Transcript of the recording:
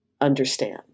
understand